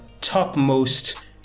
topmost